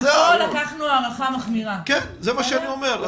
במספר הזה לקחנו הנחה מחמירה.